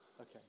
okay